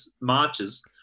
marches